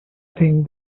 think